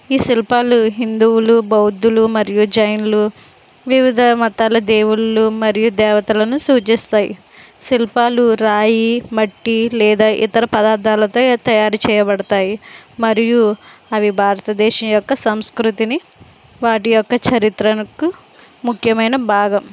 ఈ శిల్పాలు హిందువులు బౌద్ధులు మరియు జైనులు వివిధ మతాల దేవుళ్ళు మరియు దేవతలను సూచిస్తాయ్ శిల్పాలు రాయి మట్టి లేదా ఇతర పదార్థాలతో తయారు చేయబడతాయ్ మరియు అవి భారతదేశం యొక్క సంస్కృతిని వాటి యొక్క చరిత్రనకు ముఖ్యమైన భాగం